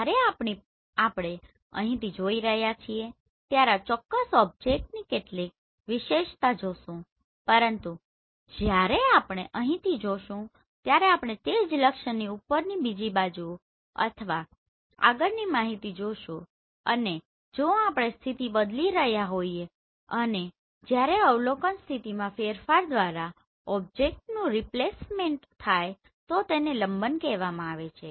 જ્યારે આપણે અહીંથી જોઈ રહ્યા છીએ ત્યારે આ ચોક્કસ ઓબ્જેક્ટની કેટલીક વિશેષતા જોશું પરંતુ જ્યારે આપણે અહીંથી જોશું ત્યારે આપણે તે જ લક્ષ્યની ઉપરની બીજી બાજુ અથવા આગળની માહિતી જોશું અને જો આપણે સ્થિતિ બદલી રહ્યા હોઈએ અને જ્યારે અવલોકન સ્થિતિમાં ફેરફાર દ્વારા ઓબ્જેક્ટનું ડિસ્પ્લેસમેન્ટ થાય તો તેને લંબન કહેવામાં આવે છે